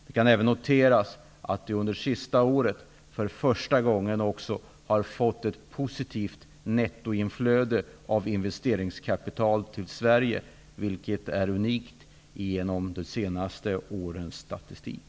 Det kan även noteras att vi det senaste året för första gången har fått ett positivt nettoinflöde av investeringskapital till Sverige, vilket är unikt i de senaste årens statistik.